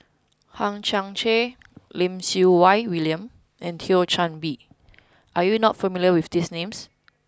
Hang Chang Chieh Lim Siew Wai William and Thio Chan Bee are you not familiar with these names